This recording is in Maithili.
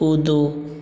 कूदू